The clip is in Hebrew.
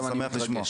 אני שמח לשמוע.